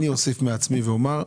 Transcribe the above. אני אוסיף מעצמי ואומר,